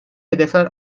hedefler